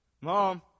Mom